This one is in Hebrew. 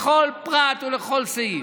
לכל פרט ולכל סעיף.